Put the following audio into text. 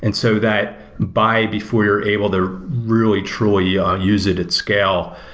and so that buy before you're able to really truly ah use it at scale.